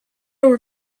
were